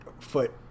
foot